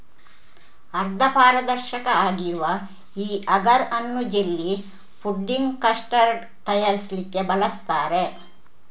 ಅರ್ಧ ಪಾರದರ್ಶಕ ಆಗಿರುವ ಈ ಅಗರ್ ಅನ್ನು ಜೆಲ್ಲಿ, ಫುಡ್ಡಿಂಗ್, ಕಸ್ಟರ್ಡ್ ತಯಾರಿಸ್ಲಿಕ್ಕೆ ಬಳಸ್ತಾರೆ